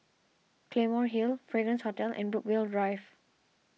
Claymore Hill Fragrance Hotel and Brookvale Drive